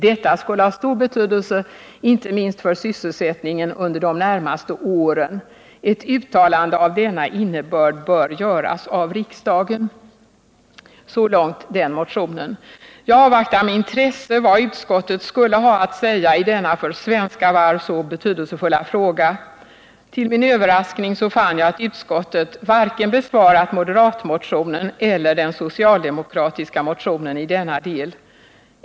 Detta skulle ha stor betydelse inte minst för sysselsättningen under de närmaste åren. Ett uttalande av denna innebörd bör göras av riksdagen.” Så långt den motionen. Jag avvaktade med intresse vad utskottet skulle ha att säga i denna för svenska varv så betydelsefulla fråga. Till min överraskning fann jag att utskottet inte besvarat vare sig moderatmotionen eller den socialdemokratiska motionen i denna del.